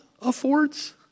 affords